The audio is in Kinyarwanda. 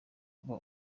kuba